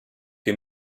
wir